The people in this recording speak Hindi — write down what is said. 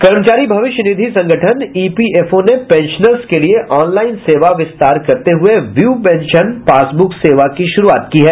कर्मचारी भविष्य निधि संगठन ईपीएफओ ने पेंशनर्स के लिये ऑनलाइन सेवा विस्तार करते हुये व्यू पेंशन पासबुक सेवा की शुरूआत की है